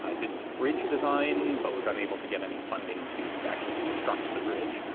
ah did some bridge design, but was unable to get any funding to actually construct the bridge.